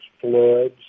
floods